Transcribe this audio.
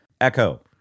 Echo